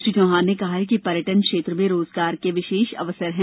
श्री चौहान ने कहा कि पर्यटन क्षेत्र में रोजगार के विशेष अवसर हैं